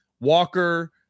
Walker